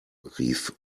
rief